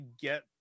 get